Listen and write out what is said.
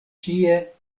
ĉie